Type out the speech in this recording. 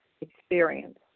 experience